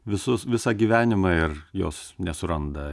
visus visą gyvenimą ir jos nesuranda